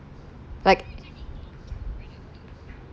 like